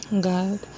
God